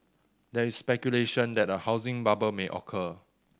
there is speculation that a housing bubble may occur